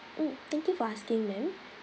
mm thank you for asking ma'am